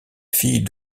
fille